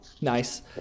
Nice